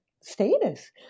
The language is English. status